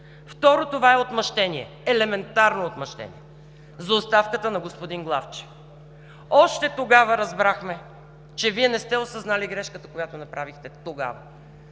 Второ, това е отмъщение – елементарно отмъщение за оставката на господин Главчев. Още тогава разбрахме, че Вие не сте осъзнали грешката, която направихте тогава.